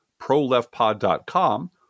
proleftpod.com